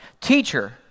Teacher